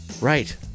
Right